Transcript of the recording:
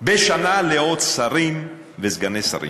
בשנה לעוד שרים וסגני שרים.